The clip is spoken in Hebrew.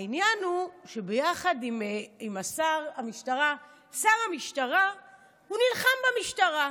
העניין הוא ששר המשטרה נלחם במשטרה.